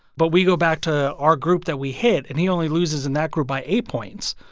but we go back to our group that we hit and he only loses in that group by eight points,